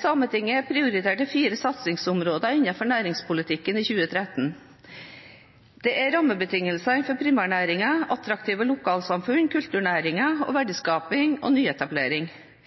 Sametinget prioriterte fire satsingsområder innenfor næringspolitikken i 2013. Det er rammebetingelsene for primærnæringene, attraktive lokalsamfunn, kulturnæringer og verdiskaping og